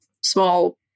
small